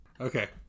Okay